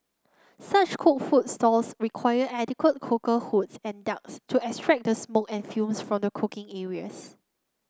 such cooked food stalls require adequate cooker hoods and ducts to extract the smoke and fumes from the cooking areas